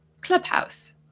Clubhouse